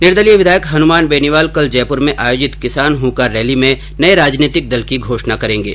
निर्दलीय विधायक हनुमान बेनीवाल कल जयपुर में आयोजित किसान हुंकार रैली में नये राजनैतिक दल की घोषणा करेंगे